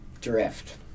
Drift